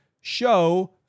show